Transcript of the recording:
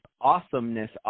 Awesomeness